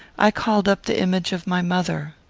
i called up the image of my mother.